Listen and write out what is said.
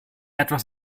etwas